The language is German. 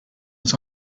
uns